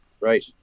Right